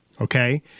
okay